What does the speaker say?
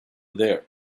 there